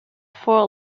four